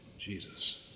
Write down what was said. Jesus